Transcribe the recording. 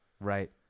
right